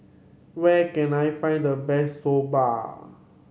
where can I find the best Soba